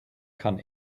kann